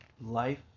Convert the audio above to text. Life